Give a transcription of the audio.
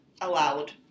allowed